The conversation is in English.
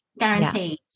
guaranteed